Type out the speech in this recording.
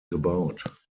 gebaut